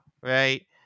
right